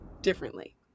differently